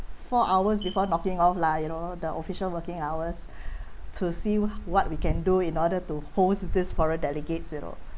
four hours before or knocking off lah you know the official working hours to see what we can do in order to host this foreign delegates you know